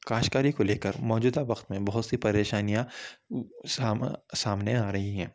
کاشتکاری کو لے کر موجودہ وخت میں بہت سی پریشانیاں ساما سامنے آ رہی ہیں